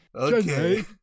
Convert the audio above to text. Okay